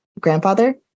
grandfather